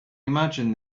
imagine